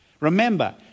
Remember